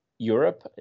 Europe